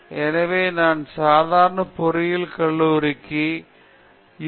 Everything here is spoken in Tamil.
எனவே நான் சாதாரண பொறியியல் கல்லூரிக்கு சென்றால் யூ